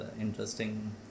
interesting